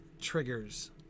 triggers